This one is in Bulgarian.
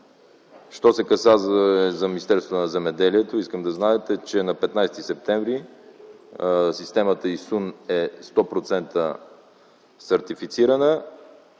Що се касае до Министерството на земеделието и храните, искам да знаете, че на 15 септември системата ИСУН е 100% сертифицирана